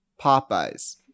popeyes